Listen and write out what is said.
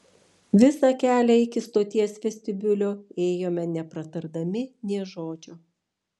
visą kelią iki stoties vestibiulio ėjome nepratardami nė žodžio